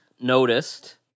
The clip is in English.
noticed